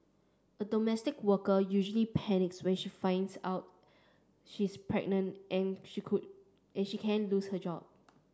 a domestic worker usually panics when she finds out she is pregnant and she could and she can lose her job